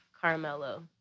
Carmelo